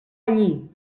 allí